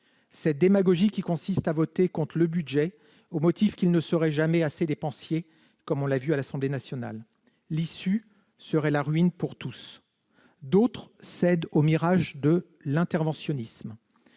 de la démagogie, celle qui consiste à voter contre le budget au motif qu'il ne serait jamais assez dépensier, comme on l'a vu à l'Assemblée nationale. L'issue serait la ruine pour tous ... D'autres cèdent au mirage de l'interventionnisme.